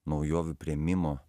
naujovių priėmimo